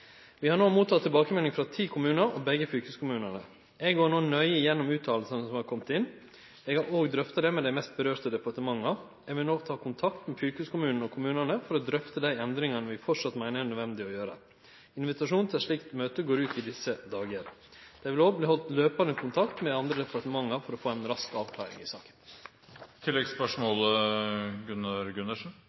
Vi har motteke tilbakemelding frå ti kommunar og begge fylkeskommunane. Eg går no nøye igjennom fråsegnene som er kome inn. Eg har òg drøfta dei med dei mest berørte departementa. Eg vil no ta kontakt med fylkeskommunane og kommunane for å drøfte dei endringane som vi framleis meiner er nødvendige å gjere. Ein invitasjon til eit slikt møte går ut i desse dagar. Ein vil òg halde jamleg kontakt med andre departement for å få ei rask avklaring i